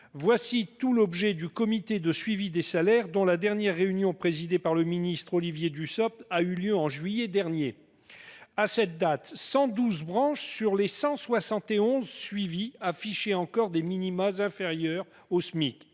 Tel est l'objet du comité de suivi des salaires, dont la dernière réunion, présidée par le ministre Dussopt, a eu lieu au mois de juillet dernier. À cette date, 112 branches sur les 171 suivies affichaient encore des minima inférieurs au Smic.